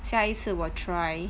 下一次我 try